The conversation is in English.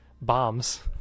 bombs